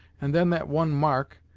and then that one mark,